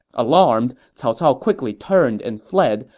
alarmed, cao cao quickly turned and fled,